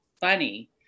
funny